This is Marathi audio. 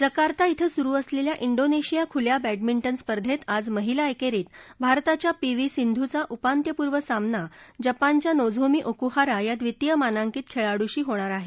जकार्ता इथं सुरू असलेल्या इंडोनेशिया खुल्या बँडमिके स्पर्धेत आज महिला एकरीत भारताच्या पी व्ही सिंधूचा उपांत्यपूर्व सामना जपानच्या नोझोमी ओकुहारा या ब्रितीय मानांकित खेळाडूशी होणार आहे